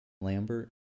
lambert